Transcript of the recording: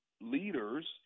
leaders